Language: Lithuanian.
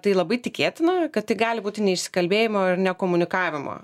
tai labai tikėtina kad tai gali būti neišsikalbėjimo ir nekomunikavimo